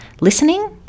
listening